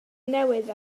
newydd